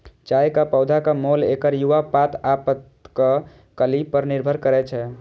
चायक पौधाक मोल एकर युवा पात आ पातक कली पर निर्भर करै छै